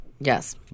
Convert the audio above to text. yes